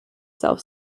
self